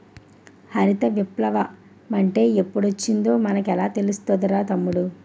హరిత విప్లవ మంటే ఎప్పుడొచ్చిందో మనకెలా తెలుస్తాది తమ్ముడూ?